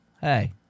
hey